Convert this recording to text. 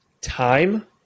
time